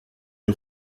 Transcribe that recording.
les